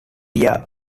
yeah